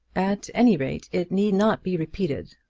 at any rate, it need not be repeated.